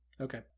okay